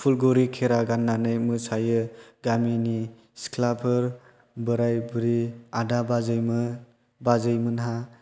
फुलगुरि खेरा गाननानै मोसायो गामिनि सिख्लाफोर बोराय बुरि आदा बाजैमोनहा